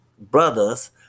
brothers